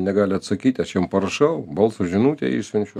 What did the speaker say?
negali atsakyti aš jiem parašau balso žinutę išsiunčiu